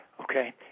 Okay